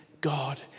God